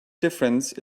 difference